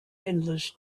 endless